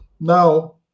Now